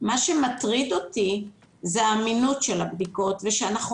מה שמטריד אותי זה האמינות של הבדיקות ושאנחנו